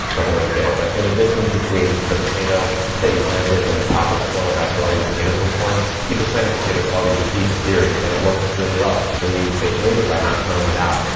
the way to say it, but in the distance between the potato that you planted and the top of the soil, that's where all your potatoes will form. you could plant a potato twelve inches deep in theory, and it works really well. so then you save labor by not hilling it out.